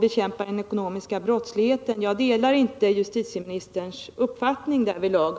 bekämpa den ekonomiska brottsligheten. Jag delar inte justitieministerns uppfattning därvidlag.